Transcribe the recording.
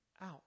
out